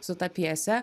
su ta pjese